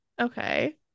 Okay